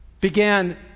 began